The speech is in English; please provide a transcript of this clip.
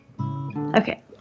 Okay